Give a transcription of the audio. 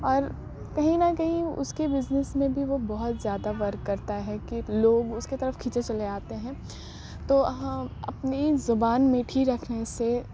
اور کہیں نہ کہیں اس کے بزنس میں بھی وہ بہت زیادہ ورک کرتا ہے کہ لوگ اس کے طرف کھنچے چلے آتے ہیں تو اپنی زبان میٹھی رکھنے سے